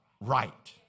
right